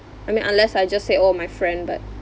I mean unless I just say oh my friend but